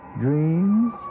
dreams